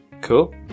Cool